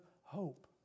hope